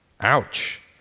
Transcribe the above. ouch